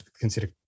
consider